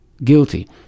guilty